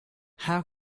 how